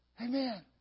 Amen